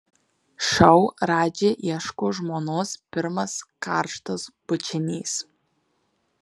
šou radži ieško žmonos pirmas karštas bučinys